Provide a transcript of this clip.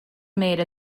made